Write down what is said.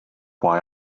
why